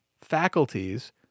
faculties